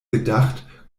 gedacht